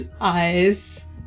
eyes